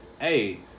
hey